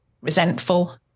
resentful